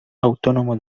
autónomo